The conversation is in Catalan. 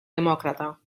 demòcrata